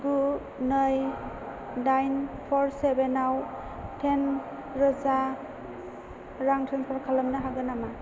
गु नै दाइन पर सेभेनयाव टेन रोजा रां ट्रेन्सफार खालामनो हागोन नामा